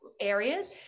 areas